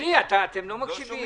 ביקשתי לנמק שתי הסתייגויות.